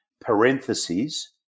parentheses